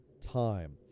time